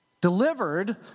delivered